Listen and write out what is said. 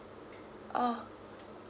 uh